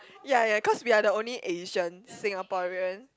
ya ya cause we are the only Asian Singaporean